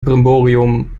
brimborium